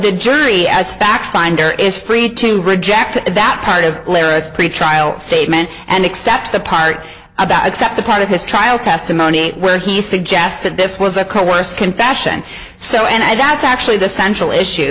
the jury as fact finder is free to reject that part of pretrial statement and accept the part about except the part of his trial testimony where he suggests that this was a cold worst can fashion so and that's actually the central issue